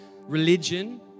religion